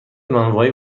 نانوایی